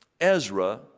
Ezra